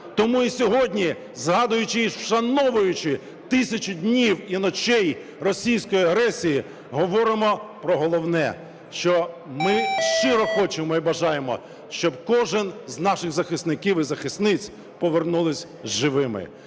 Тому і сьогодні, згадуючи і вшановуючи тисячу днів і ночей російської агресії, говоримо про головне, що ми щиро хочемо і бажаємо, щоб кожен з наших захисників і захисниць повернулись живими.